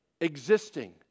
existing